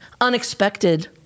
unexpected